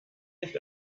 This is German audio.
nicht